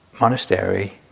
monastery